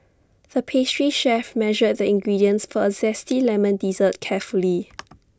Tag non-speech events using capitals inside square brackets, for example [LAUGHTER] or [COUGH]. the pastry chef measured the ingredients for A Zesty Lemon Dessert carefully [NOISE]